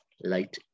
light